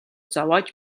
зовоож